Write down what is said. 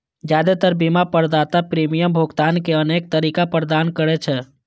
जादेतर बीमा प्रदाता प्रीमियम भुगतान के अनेक तरीका प्रदान करै छै